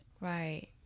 Right